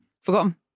Forgotten